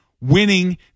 winning